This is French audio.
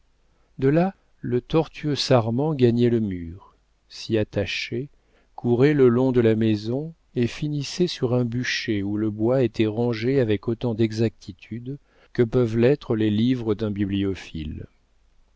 de là le tortueux sarment gagnait le mur s'y attachait courait le long de la maison et finissait sur un bûcher où le bois était rangé avec autant d'exactitude que peuvent l'être les livres d'un bibliophile